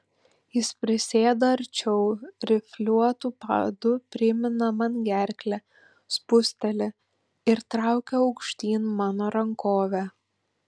jis prisėda arčiau rifliuotu padu primina man gerklę spūsteli ir traukia aukštyn mano rankovę